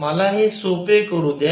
मला हे सोपे करू द्या